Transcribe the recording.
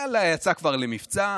יאללה, יצא כבר למבצע.